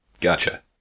Gotcha